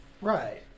Right